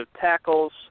tackles